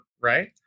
right